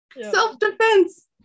Self-defense